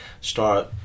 start